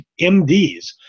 MDs